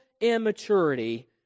immaturity